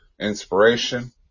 inspiration